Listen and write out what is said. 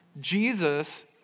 Jesus